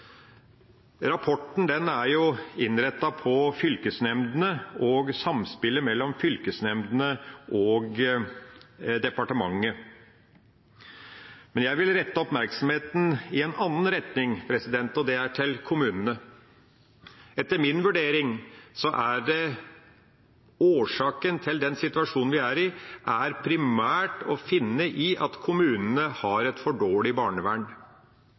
Rapporten er innrettet mot fylkesnemndene og samspillet mellom fylkesnemndene og departementet. Men jeg vil rette oppmerksomheten i en annen retning, og det er mot kommunene. Etter min vurdering er årsaken til den situasjonen som vi er i, primært å finne i at kommunene har et for dårlig barnevern.